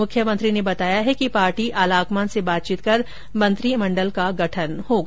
मुख्यमंत्री ने बताया है कि पार्टी आलाकमान से बातचीत कर मंत्रिमंडल का गठन होगा